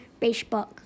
Facebook